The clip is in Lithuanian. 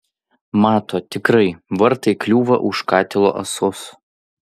mato tikrai vartai kliūva už katilo ąsos